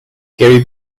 gary